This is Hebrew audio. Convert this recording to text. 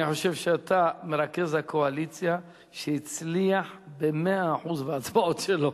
אני חושב שאתה מרכז הקואליציה שהצליח ב-100% בהצבעות שלו.